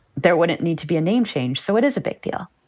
there wouldn't need to be a name change. so it is a big deal